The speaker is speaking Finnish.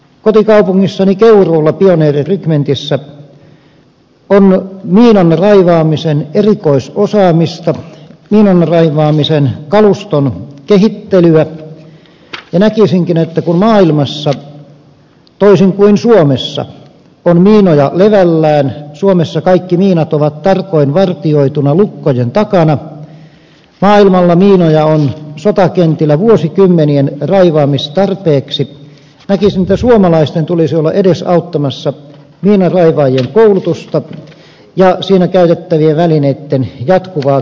kotikaupungissani keuruulla pioneerirykmentissä on miinanraivaamisen erikoisosaamista miinanraivaamisen kaluston kehittelyä ja näkisinkin että kun maailmassa on miinoja levällään toisin kuin suomessa suomessa kaikki miinat ovat tarkoin vartioituina lukkojen takana maailmalla miinoja on sotakentillä vuosikymmenien raivaamistarpeeksi niin suomalaisten tulisi olla edesauttamassa miinanraivaajien koulutusta ja siinä käytettävien välineitten jatkuvaa kehittelyä